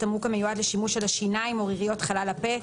תמרוק המיועד לשימוש על השיניים או ריריות חלל הפה,